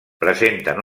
presenten